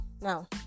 now